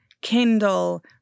Kindle